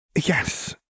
Yes